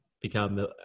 become